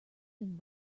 than